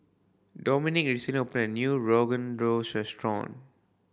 Domonique recently opened a new Rogan Josh Restaurant